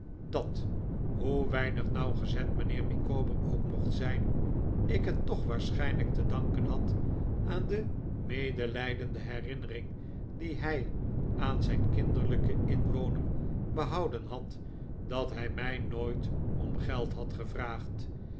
dat hoe weinig nauwgezet mijnheer micawber ook mocht zijn ik het toch waarschijnlijk te danken had aan de medelijdende herinnering die hij aan zijn kinderlijken inwoner behouden had dat hij mij nooit om geld had gevraagd